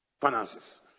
finances